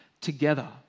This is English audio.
together